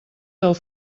del